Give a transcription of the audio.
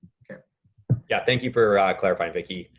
yeah yeah, thank you for clarifying, vicki.